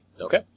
Okay